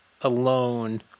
alone